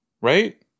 Right